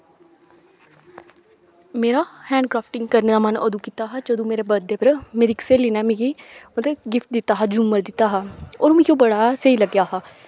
मेरा hand crafting करने दा मन अदूं कीता हा जदूं मेरे बर्थडे पर मेरी इक स्हेली ने मिगी मतलब ओह्दे गिफ्ट दित्ता हा झूमर दित्ता हा होर ओह् मिगी ओह् बड़ा स्हेई लग्गेआ हा